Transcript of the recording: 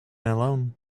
alone